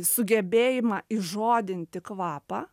sugebėjimą įžodinti kvapą